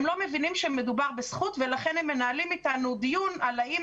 הם לא מבינים שמדובר בזכות ולכן הם מנהלים איתנו דיון האם